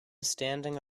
standing